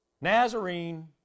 Nazarene